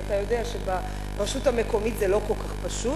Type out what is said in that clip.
ואתה יודע שברשות המקומית זה לא כל כך פשוט.